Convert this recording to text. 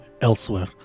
elsewhere